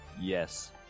Yes